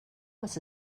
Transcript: was